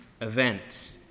event